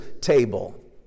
table